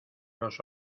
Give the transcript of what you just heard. los